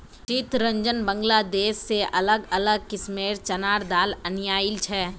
चितरंजन बांग्लादेश से अलग अलग किस्मेंर चनार दाल अनियाइल छे